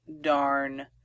darn